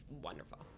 wonderful